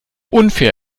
unfair